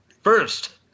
First